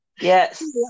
Yes